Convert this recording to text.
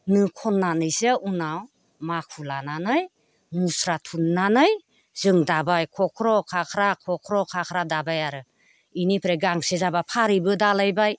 नो खननानैसो उनाव माखु लानानै मुस्रा थुननानै जों दाबाय खख्र' खाख्रा खख्र' खाख्रा दाबाय आरो बेनिफ्राय गांसो जाबा फारैबो दालायबाय